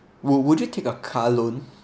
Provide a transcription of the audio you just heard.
would would you take a car loan